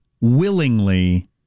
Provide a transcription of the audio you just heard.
willingly